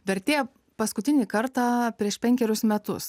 vertė paskutinį kartą prieš penkerius metus